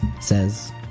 says